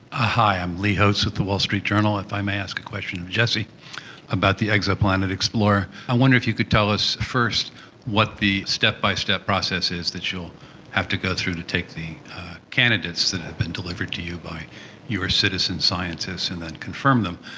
hi, i'm lee hotz with the wall street journal, if i may ask a question of jessie about the exoplanet explorer. i wonder if you could tell us first what the step-by-step process is that you will have to go through to take the candidates that have been delivered to you by your citizen scientists and then confirm them.